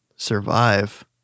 survive